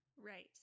right